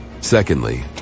Secondly